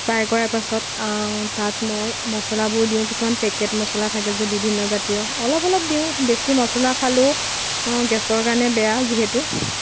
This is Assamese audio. ফ্ৰাই কৰাৰ পিছত তাত মই মছলাবোৰ দিওঁ কিছুমান পেকেট মছলা থাকে যে বিভিন্ন জাতীয় অলপ অলপ দিওঁ বেছি মছলা খালেও গেছৰ কাৰণে বেয়া যিহেতু